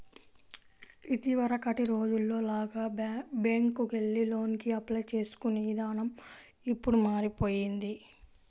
ఇదివరకటి రోజుల్లో లాగా బ్యేంకుకెళ్లి లోనుకి అప్లై చేసుకునే ఇదానం ఇప్పుడు మారిపొయ్యింది